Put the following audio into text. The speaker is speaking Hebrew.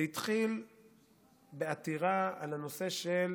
זה התחיל בעתירה על הנושא של